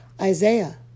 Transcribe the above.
Isaiah